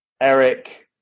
Eric